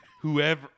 whoever